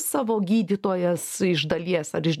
savo gydytojas iš dalies ar iš